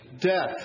death